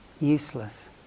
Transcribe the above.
useless